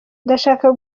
ndashaka